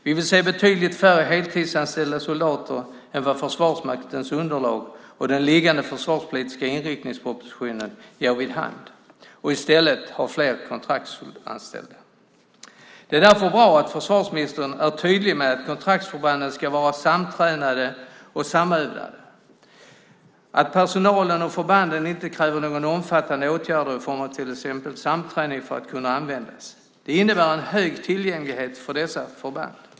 Vi vill se betydligt färre heltidsanställda soldater än Försvarsmaktens underlag och den liggande försvarspolitiska inriktningspropositionen ger vid handen och i stället ha fler kontraktsanställda. Det är därför bra att försvarsministern är tydlig med att kontraktsförbanden ska vara samtränade och samövade. Att personalen och förbanden inte kräver några omfattande åtgärder i form av till exempel samträning för att kunna användas innebär en hög tillgänglighet för dessa förband.